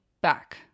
back